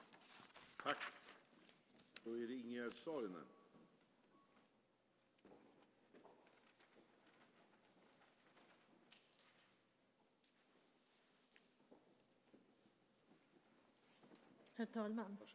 Då Cecilia Wigström, som framställt en av interpellationerna, anmält att hon var förhindrad att närvara vid sammanträdet medgav talmannen att Anita Brodén i stället fick delta i överläggningen.